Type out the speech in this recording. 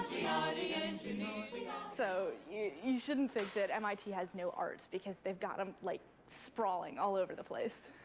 mit and you know so you you shouldn't think that mit has no art, because they've got them like sprawling all over the place.